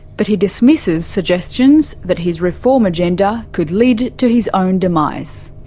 but he dismisses suggestions that his reform agenda could lead to his own demise.